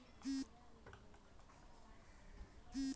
पैरोलेर अनुसार अब तक डेढ़ सौ लोगक वेतन दियाल गेल छेक